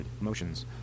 Motions